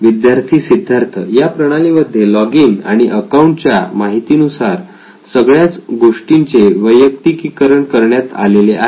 विद्यार्थी सिद्धार्थ या प्रणालीमध्ये लॉगिन आणि अकाउंट च्या माहितीनुसार सगळ्याच गोष्टींचे वैयक्तिकीकरण करण्यात आलेले आहे